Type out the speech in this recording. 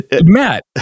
Matt